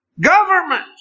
government